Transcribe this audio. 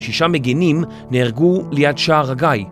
שישה מגנים נהרגו ליד שער הגיא.